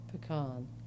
Pecan